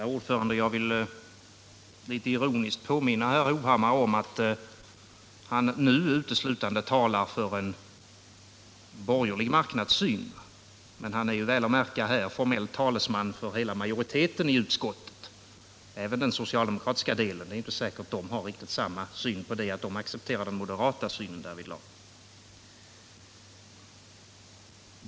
Herr talman! Jag vill litet ironiskt påminna herr Hovhammar om att han nu uteslutande talar för en borgerlig marknadssyn. Han är emellertid — väl att märka — formellt talesman här för hela majoriteten i utskottet, även den socialdemokratiska delen, men det är inte säkert att den accepterar den moderata synen.